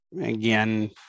again